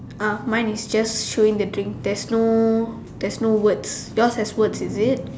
ah mine is just showing the drink there's no there's no words your has words is it